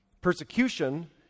Persecution